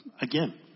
again